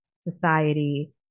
society